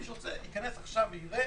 מי שרוצה, ייכנס עכשיו ויראה.